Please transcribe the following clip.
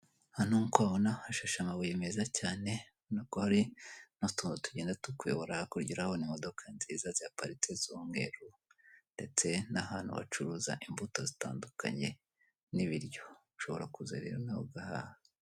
Hano nk'uko uhabona hashashe amabuye meza cyane, urabona ko hari n'utuntu tugenda tukuyobora ku buryo urabona imodoka nziza zihaparitse z'umweru ndetse n'ahantu hacuruza imbuto zitandukanye n'ibiryo, ushobora kuzererana ugahaha.